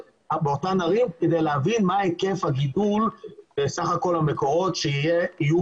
כדי להבין מה היקף הגידול בסך הכול המקורות שיהיו